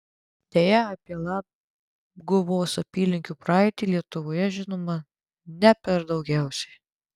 deja apie labguvos apylinkių praeitį lietuvoje žinoma ne per daugiausiai